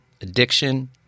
addiction